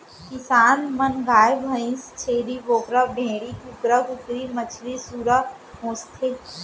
किसान मन गाय भईंस, छेरी बोकरा, भेड़ी, कुकरा कुकरी, मछरी, सूरा पोसथें